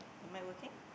the mic working